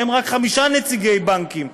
מהם רק חמישה נציגי בנקים,